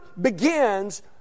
begins